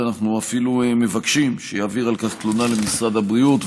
ואנחנו אפילו מבקשים שיעביר על כך תלונה למשרד הבריאות,